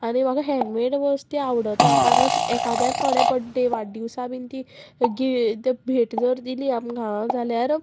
आनी म्हाका हँडमॅड वस्ती आवडता कारण एकाद्यान कोणें बड्डे वाडदिवसा बीन ती गि ती भेट जर दिली आमकां जाल्यार